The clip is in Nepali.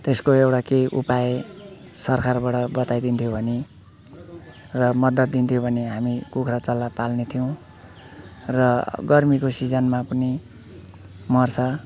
त्यसको एउटा केही उपाय सरकारबाट बताइदिन्थ्यो भने र मद्दत दिन्थ्यो भने हामी कखुरा चल्ला पाल्ने थियौँ र गर्मीको सिजनमा पनि मर्छ